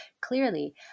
clearly